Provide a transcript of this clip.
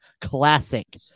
Classic